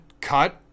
cut